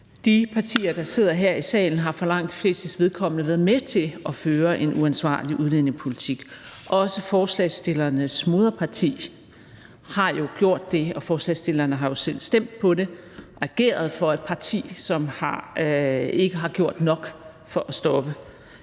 De partier, der sidder her i salen, har for langt de flestes vedkommende været med til at føre en uansvarlig udlændingepolitik. Også forslagsstillernes moderparti har jo gjort det, og forslagsstillerne har jo selv stemt på og ageret for et parti, som ikke har gjort nok for at stoppe